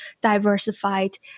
diversified